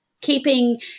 keeping